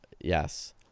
Yes